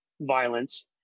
violence